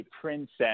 princess